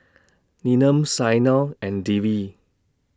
Neelam Saina and Devi